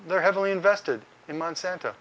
they're heavily invested in monsanto